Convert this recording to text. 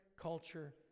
culture